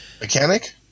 mechanic